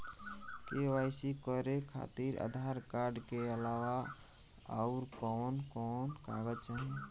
KYC करे खातिर Aadhaar card के अलावा आउरकवन कवन कागज चाहीं?